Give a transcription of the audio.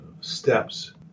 steps